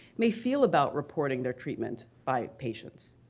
may feel about reporting their treatment by patients.